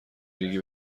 ریگی